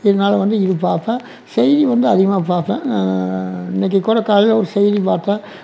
இதனால வந்து இது பார்ப்பேன் செய்தி வந்து அதிகமாக பார்ப்பேன் இன்னிக்கி கூட காலையில் ஒரு செய்தி பார்த்தேன்